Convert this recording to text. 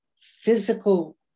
physical